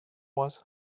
was